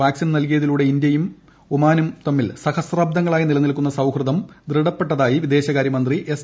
vaccine നൽകിയതിലൂടെ ഇന്ത്യയ്ക്കും ഒമാനുമിടയിൽ സഹസ്രാബ്ദങ്ങളായി നിലനിൽക്കുന്ന സൌഹൃദം ദൃഢപ്പെട്ടതായി വിദേശകാര്യ മന്ത്രി എസ്